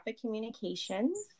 communications